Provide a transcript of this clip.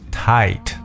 tight